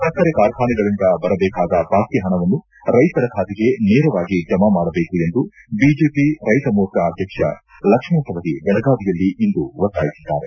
ಸಕ್ಕರೆ ಕಾರ್ಖಾನೆಗಳಂದ ಬರ ಬೇಕಾದ ಬಾಕಿ ಹಣವನ್ನು ರೈತರ ಖಾತೆಗೆ ನೇರವಾಗಿ ಜಮಾ ಮಾಡಬೇಕು ಎಂದು ಬಿಜೆಪಿ ರೈತ ಮೊರ್ಚಾ ಅಧ್ಯಕ್ಷ ಲಕ್ಷ್ಮಣ ಸವಧಿ ಬೆಳಗಾವಿಯಲ್ಲಿಂದು ಒತ್ತಾಯಿಸಿದ್ದಾರೆ